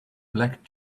black